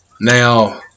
Now